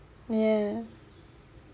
ya